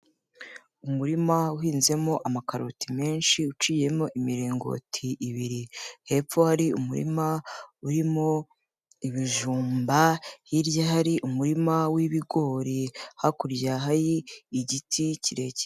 Umurima uhinzemo amakaroti menshi uciyemo imiringoti ibiri, hepfo hari umurima urimo ibijumba, hirya hari umurima w'ibigori, hakurya hari igiti kirekire.